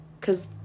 Cause